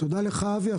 תודה לך אבי.